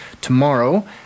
tomorrow